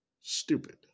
Stupid